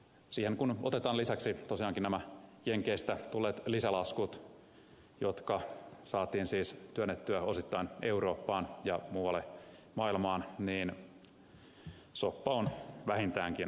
siihen kun otetaan lisäksi tosiaankin nämä jenkeistä tulleet lisälaskut jotka saatiin siis työnnettyä osittain eurooppaan ja muualle maailmaan niin soppa on vähintäänkin valmis